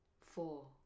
Four